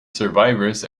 survivors